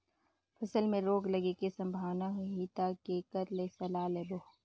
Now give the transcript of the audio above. फसल मे रोग लगे के संभावना होही ता के कर ले सलाह लेबो?